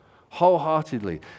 wholeheartedly